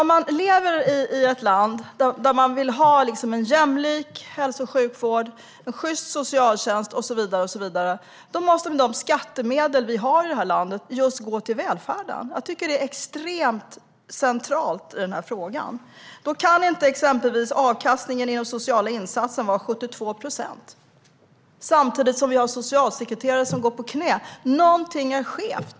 Om man lever i ett land där man vill ha en jämlik hälso och sjukvård, en sjyst socialtjänst, och så vidare, måste de skattemedel vi har i landet just gå till välfärden. Det är extremt centralt i den här frågan. Då kan exempelvis inte avkastningen i de sociala insatserna vara 72 procent samtidigt som vi har socialsekreterare som går på knä. Någonting är skevt.